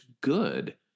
good